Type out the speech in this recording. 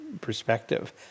perspective